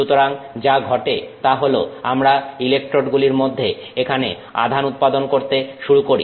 সুতরাং যা ঘটে তা হল আমরা ইলেকট্রোড গুলির মধ্যে এখানে আধান উৎপাদন করতে শুরু করি